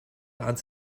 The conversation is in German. ans